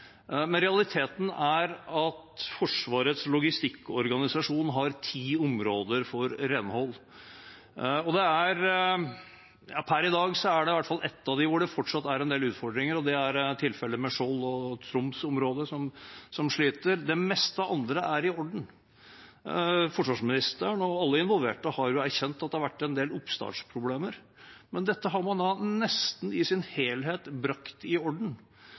Men realiteten er at Forsvarets logistikkorganisasjon har ti områder for renhold. Per i dag er det i hvert fall et av dem hvor det fortsatt er en del utfordringer. Det er tilfellet med Skjold og Troms-området, som sliter. De fleste andre er i orden. Forsvarsministeren og alle involverte har erkjent at det har vært en del oppstartsproblemer, men dette har man nesten i sin helhet brakt i orden.